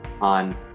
on